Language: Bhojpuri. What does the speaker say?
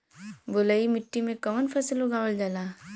बलुई मिट्टी में कवन फसल उगावल जाला?